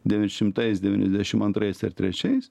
devyniasdešimtais devyniasdešim antrais ar trečiais